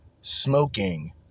Smoking